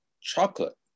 chocolate